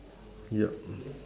ya